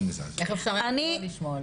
איך אפשר היה שלא לשמוע על זה.